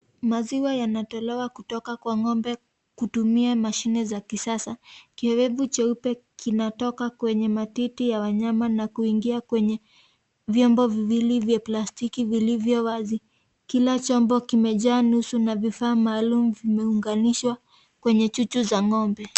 Maziwa yanatolewa kutoka kwa ngombe kutumia mashine za kisasa, kioevu cheupe kinatoka kwenye matiti ya wanyama na kuingia kwenye, vyombo viwili vya plastiki vilivyo wazi, kila chombo kimejaa nusu na vifaa maalum vimeunganishwa kwenye chuchu za ngombe.